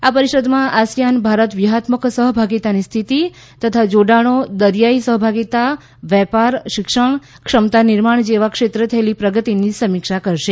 આ પરિષદમાં આસિયાન ભારત વ્યૂહાત્મક સહ ભાગિતાની સ્થિતિ તથા જોડાણો દરિયાઇ સહભાગીતા વેપાર શિક્ષણ ક્ષમતા નિર્માણ જેવા ક્ષેત્રે થયેલી પ્રગતિની સમીક્ષા કરાશે